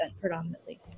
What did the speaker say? predominantly